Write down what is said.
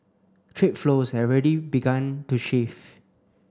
trade flows have already begun to shift